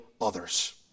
others